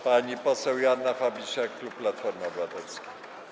Pani poseł Joanna Fabisiak, klub Platformy Obywatelskiej.